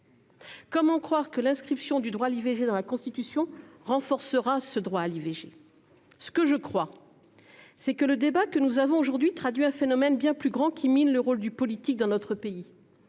Comment croire que l'inscription du droit à l'IVG dans la Constitution renforcera ce droit ? Je crois que le débat que nous avons aujourd'hui traduit un phénomène bien plus important qui mine le rôle du politique dans notre pays